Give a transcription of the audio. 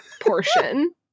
portion